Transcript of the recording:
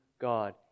God